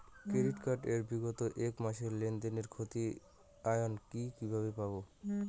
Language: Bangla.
ক্রেডিট কার্ড এর বিগত এক মাসের লেনদেন এর ক্ষতিয়ান কি কিভাবে পাব?